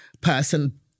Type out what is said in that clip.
person